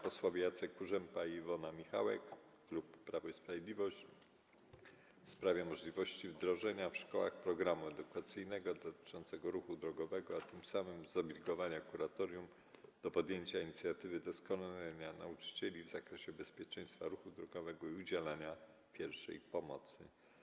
Posłowie Jacek Kurzępa i Iwona Michałek, klub Prawo i Sprawiedliwość, zgłosili pytanie w sprawie możliwości wdrożenia w szkołach programu edukacyjnego dotyczącego ruchu drogowego, a tym samym zobligowania kuratorium do podjęcia inicjatywy doskonalenia nauczycieli w zakresie bezpieczeństwa ruchu drogowego i udzielania pierwszej pomocy.